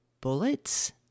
bullets